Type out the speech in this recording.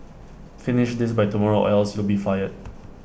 finish this by tomorrow or else you'll be fired